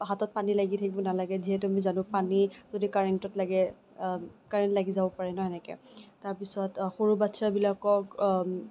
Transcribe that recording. হাতত পানী লাগি থাকিব নালাগে যিহেতু আমি জানো পানী যদি কাৰেণ্টত লাগে কাৰেণ্ট লাগি যাব পাৰে ন' এনেকে তাৰপিছত সৰু বাচ্চাবিলাকক